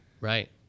Right